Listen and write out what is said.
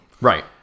Right